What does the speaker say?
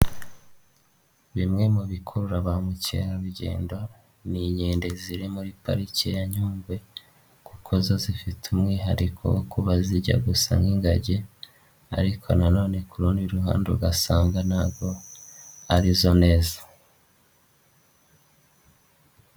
Bimwe mu bikurura ba mukerarugendo ni inkende ziri muri pariki ya Nyungwe kuko zo zifite umwihariko wo kuba zijya gusa nk'ingagi ariko nanone ku rundi ruhande ugasanga ntabwo arizo neza.